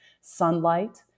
sunlight